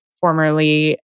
formerly